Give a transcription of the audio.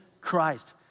Christ